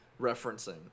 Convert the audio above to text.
referencing